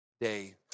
day